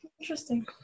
Interesting